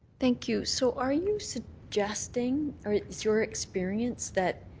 thank you. so are you suggesting or is your experience that